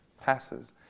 passes